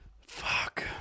Fuck